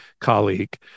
colleague